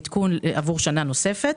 לעדכון עבור שנה נוספת.